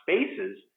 Spaces